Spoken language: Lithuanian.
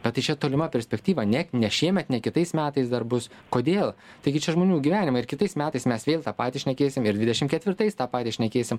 bet tai čia tolima perspektyva ne ne šiemet ne kitais metais dar bus kodėl taigi čia žmonių gyvenimai ir kitais metais mes vėl tą patį šnekėsim ir dvidešim ketvirtais tą patį šnekėsim